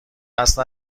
قصد